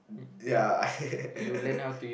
ya I